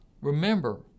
remember